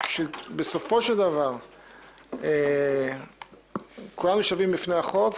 שבסופו של דבר כולנו שווים בפני החוק,